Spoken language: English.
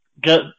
get